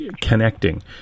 connecting